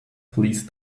please